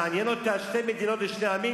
מעניין אותה שתי מדינות לשני עמים?